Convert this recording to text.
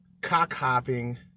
cock-hopping